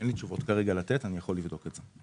אין לי תשובות כרגע לתת, אני יכול לבדוק את זה.